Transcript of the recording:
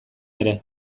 ere